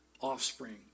offspring